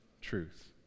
truth